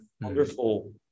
wonderful